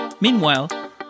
Meanwhile